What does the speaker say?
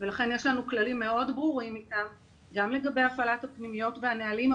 ולכן יש לנו כללים מאוד ברורים איתם גם לגבי הפעלת הפנימיות והנהלים,